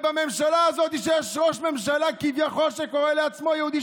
בממשלה הזאת יש ראש ממשלה שכביכול קורא לעצמו יהודי,